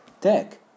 tech